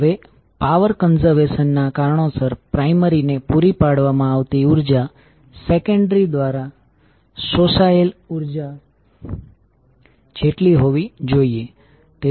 હવે power conservation ના કારણોસર પ્રાયમરીને પૂરી પાડવામાં આવતી ઉર્જા સેકન્ડરી દ્વારા શોષાયેલ ઉર્જા જેટલી હોવી જોઈએ